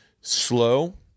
slow